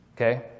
okay